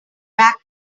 back